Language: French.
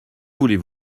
voulez